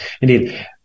indeed